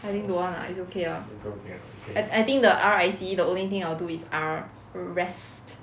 I think don't want lah it's okay uh and I think the R_I_C_E the only thing I will do is R rest